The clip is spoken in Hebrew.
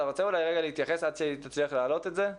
אתה רוצה רגע להתייחס עד שהיא תצליח להעלות את זה?